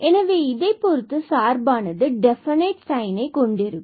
எனவே இதை பொறுத்து இந்த சார்பானது டெபனைட் சைன் கொண்டிருக்கும்